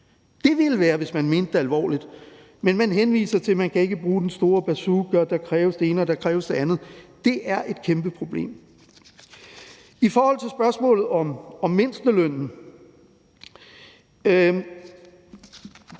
Det ville vise, at man mente det alvorligt. Men man henviser til, at man ikke kan bruge den store bazooka, og at der kræves både det ene og det andet. Det er et kæmpeproblem! I forhold til spørgsmålet om mindstelønnen